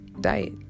diet